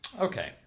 Okay